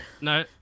No